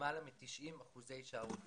עם למעלה מ-90 אחוזי הישארות בישראל.